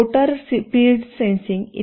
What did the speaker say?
motor speed sensing e